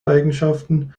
eigenschaften